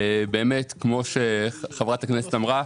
באמת, כמו שאמרה חברת הכנסת,